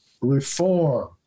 reform